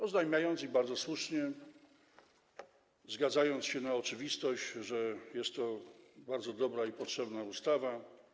oznajmiając, i bardzo słusznie, zgadzając się na oczywistość, że jest to bardzo dobra i potrzebna ustawa.